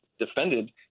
defended